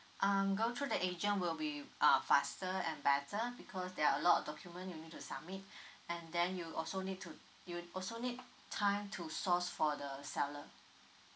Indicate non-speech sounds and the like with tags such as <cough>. um go through the agent will be uh faster and better because there are a lot of document you'll need to submit <breath> and then you also need to you also need time to source for the seller